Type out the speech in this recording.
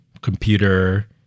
computer